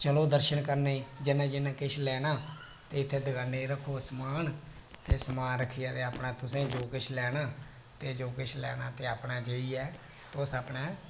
चलो दर्शन करने गी जिन्नै जिन्नै किश लैना ते इत्थै दकाना उप्पर रक्खो समान ते समान ते तुसें अपना तुसें जो किश लैना ते अपना जाइयै तुस अपने